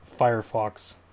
Firefox